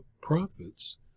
profits